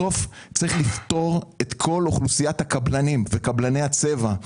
צריך לפטור את כל אוכלוסיית הקבלנים וקבלני הצבע.